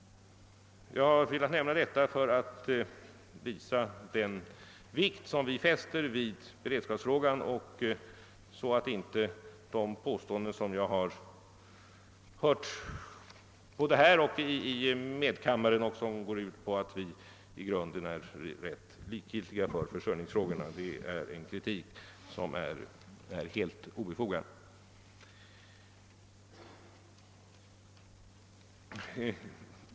Jag har velat nämna detta för att understryka vilken vikt vi fäster vid beredskapsfrågan och för att visa att den kritik som jag har hört både här och i medkammaren och som går ut på att vi skulle vara likgiltiga för försörjningsfrågorna är helt obefogad.